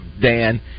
Dan